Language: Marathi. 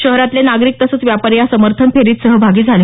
शहरातले नागरिक तसंच व्यापारी या समर्थन फेरीत सहभागी झाले